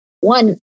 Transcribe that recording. one